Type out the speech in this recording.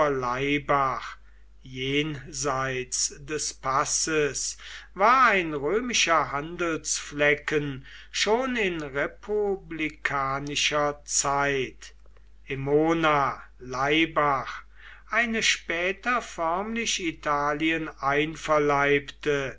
jenseits des passes war ein römischer handelsflecken schon in republikanischer zeit emona laibach eine später förmlich italien einverleibte